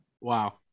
Wow